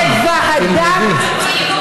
תלמדי.